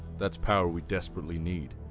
that's power we desperately need.